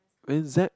exact